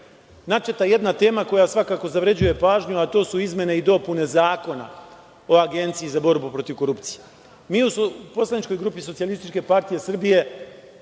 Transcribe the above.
načeta jedna tema koja svakako zavređuje pažnju, a to su izmene i dopune Zakona o Agenciji za borbu protiv korupcije. Mi u poslaničkoj grupi SPS sigurno stojimo